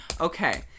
Okay